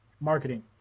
Marketing